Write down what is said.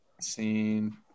scene